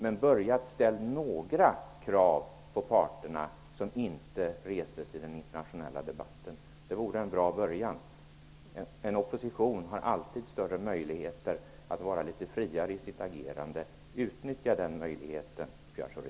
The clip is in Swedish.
Men ställ några krav på parterna som inte reses i den internationella debatten! Det vore en bra början. En opposition har alltid större möjligheter att vara litet friare i sitt agerande. Utnyttja den möjligheten, Pierre Schori!